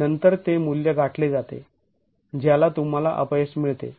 नंतर ते मूल्य गाठले जाते ज्याला तुंम्हाला अपयश मिळते